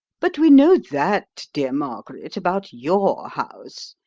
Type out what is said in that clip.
but we know that, dear margaret, about your house.